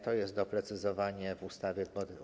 To jest doprecyzowane w ustawie.